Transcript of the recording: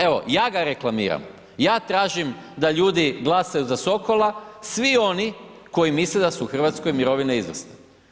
Evo ja ga reklamiram, ja tražim da ljudi glasaju za Sokola, svi oni koji misle da u Hrvatskoj mirovine izvrsne.